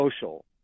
social